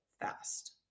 fast